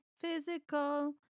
physical